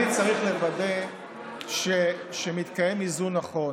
אני צריך לוודא שמתקיים איזון נכון.